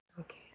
Okay